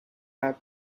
have